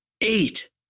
eight